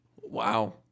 Wow